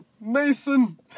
Mason